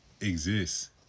exists